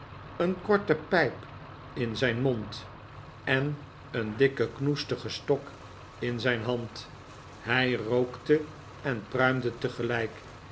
een korte pijp in zijn mond en een dikken knoestigen stok in zijn hand hij rookte en pruimde tegelijk